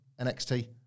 NXT